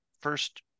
First